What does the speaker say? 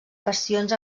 passions